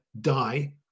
die